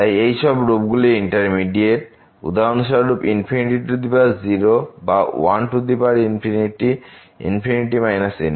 তাই এইসব রূপগুলি ইন্ডিটারমিনেট উদাহরণস্বরূপ 0 বা 1 ∞∞